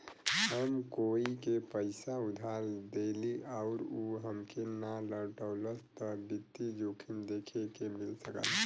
हम कोई के पइसा उधार देली आउर उ हमके ना लउटावला त वित्तीय जोखिम देखे के मिल सकला